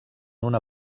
una